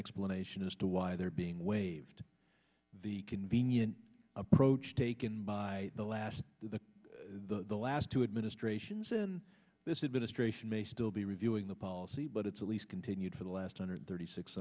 explanation as to why they're being waived the convenient approach taken by the last the last two administrations in this administration may still be reviewing the policy but it's at least continued for the last hundred thirty six